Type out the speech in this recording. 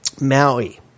Maui